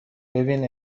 ببین